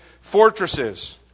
fortresses